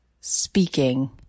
speaking